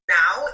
now